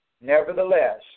Nevertheless